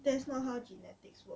that's not how genetics work